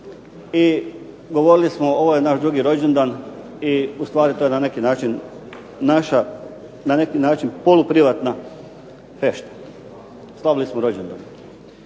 i govorili smo ovo je naš drugi rođendan i ustvari to je na neki način naša poluprivatna fešta, slavili smo rođendan.